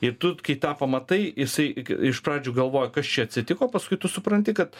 ir tu kai tą pamatai jisai iš pradžių galvoja kas čia atsitiko paskui tu supranti kad